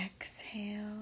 exhale